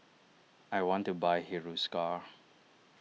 I want to buy Hiruscar